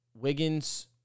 Wiggins